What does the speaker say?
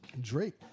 Drake